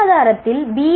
பொருளாதாரத்தில் பி